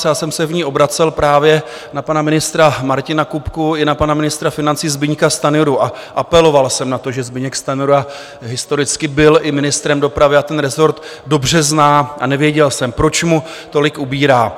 Já jsem se v ní obracel právě na pana ministra Martina Kupku i na pana ministra financí Zbyňka Stanjuru a apeloval jsem na to, že Zbyněk Stanjura historicky byl i ministrem dopravy, ten rezort dobře zná, a nevěděl jsem, proč mu tolik ubírá.